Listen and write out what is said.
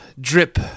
Drip